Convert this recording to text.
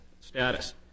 status